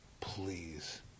Please